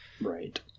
Right